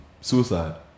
suicide